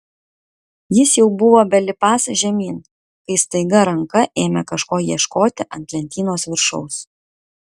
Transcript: jis jau buvo belipąs žemyn kai staiga ranka ėmė kažko ieškoti ant lentynos viršaus